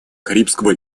карибского